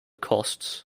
costs